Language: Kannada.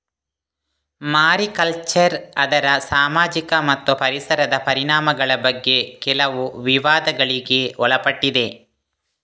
ಮಾರಿಕಲ್ಚರ್ ಅದರ ಸಾಮಾಜಿಕ ಮತ್ತು ಪರಿಸರದ ಪರಿಣಾಮಗಳ ಬಗ್ಗೆ ಕೆಲವು ವಿವಾದಗಳಿಗೆ ಒಳಪಟ್ಟಿದೆ